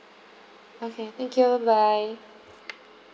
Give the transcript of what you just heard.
okay thank you bye bye